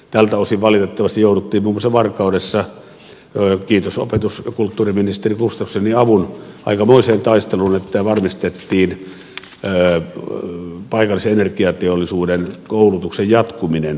tältä osin valitettavasti jouduttiin muun muassa varkaudessa kiitos opetus ja kulttuuriministeri gustafssonin avun aikamoiseen taisteluun että varmistettiin paikallisen energiateollisuuden koulutuksen jatkuminen paikkakunnalla